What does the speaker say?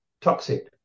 toxic